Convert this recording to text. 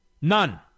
None